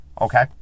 Okay